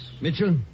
Mitchell